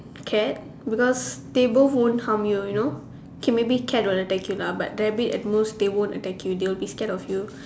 cat because they both won't harm you you know okay maybe cat will attack you lah but rabbit at most they won't attack you they will be scared of you